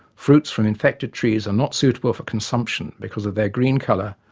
fruits from infected trees are not suitable for consumption because of their green color,